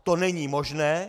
To není možné.